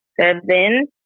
seven